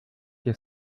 que